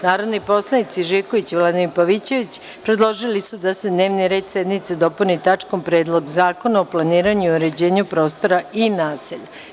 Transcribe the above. Narodni poslanici Zoran Živković i Vladimir Pavićević predložili su da se dnevni red sednice dopuni tačkom – Predlog zakona o planiranju i uređenju prostora i naselja.